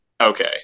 Okay